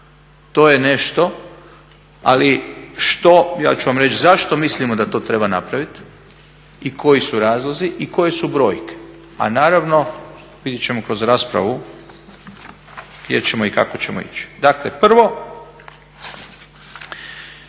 To je nešto, ali što? Ja ću vam reći zašto mislimo da to treba napraviti i koji su razlozi i koje su brojke. A naravno, vidjet ćemo kroz raspravu gdje ćemo i kako ćemo ići. Dakle, prvo